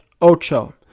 Ocho